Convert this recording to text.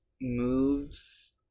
moves